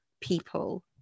people